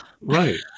Right